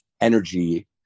energy